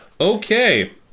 Okay